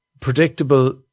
predictable